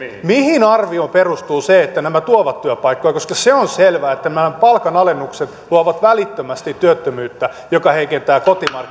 mihin arvioon perustuu se että nämä tuovat työpaikkoja koska se on selvää että nämä palkanalennukset tuovat välittömästi työttömyyttä joka heikentää